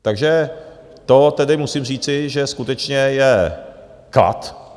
Takže to tedy musím říci, že skutečně je klad.